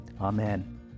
amen